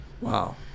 Wow